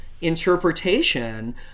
interpretation